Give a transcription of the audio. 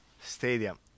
Stadium